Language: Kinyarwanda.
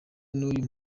n’uyu